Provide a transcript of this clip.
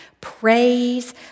praise